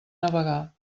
navegar